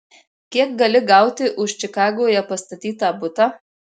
kiek gali gauti už čikagoje pastatytą butą